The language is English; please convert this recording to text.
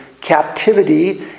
captivity